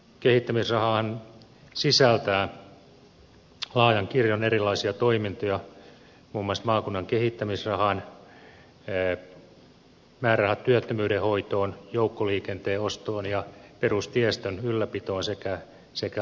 kainuun kehittämisrahahan sisältää laajan kirjon erilaisia toimintoja muun muassa maakunnan kehittämisrahan määrärahat työttömyyden hoitoon joukkoliikenteen ostoon ja perustiestön ylläpitoon sekä hoitoon